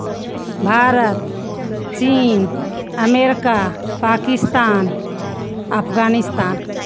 भारत चीन अमेरिका पाकिस्तान अफ़गानिस्तान